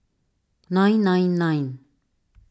nine nine nine